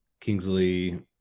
Kingsley